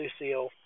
Lucille